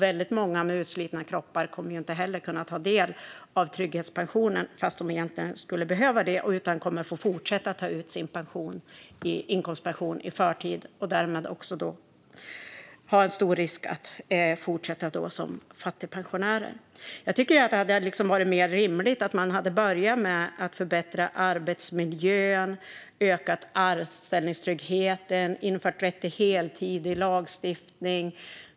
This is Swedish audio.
Väldigt många med utslitna kroppar kommer inte att kunna ta del av trygghetspensionen heller, fast de egentligen skulle behöva det, utan kommer att få fortsätta ta ut sin inkomstpension i förtid och därmed löpa stor risk att fortsätta som fattigpensionärer. Jag tycker att det hade varit mer rimligt att man börjat med att förbättra arbetsmiljön, öka anställningstryggheten och införa rätt till heltid i lagstiftningen.